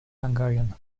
hungarian